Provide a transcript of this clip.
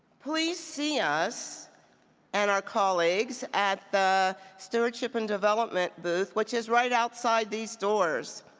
please see us and our colleagues at the stewardship and development booth, which is right outside these doors.